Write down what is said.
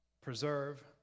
preserve